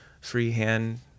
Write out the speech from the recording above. freehand